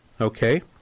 okay